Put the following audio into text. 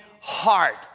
heart